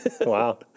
Wow